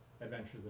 adventures